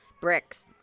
bricks